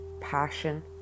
passion